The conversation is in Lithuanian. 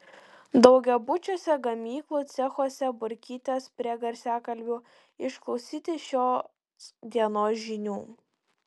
daugiabučiuose gamyklų cechuose burkitės prie garsiakalbių išklausyti šios dienos žinių